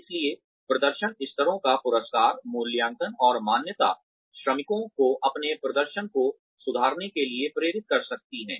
इसलिए प्रदर्शन स्तरों का पुरस्कार मूल्यांकन और मान्यता श्रमिकों को अपने प्रदर्शन को सुधारने के लिए प्रेरित कर सकती है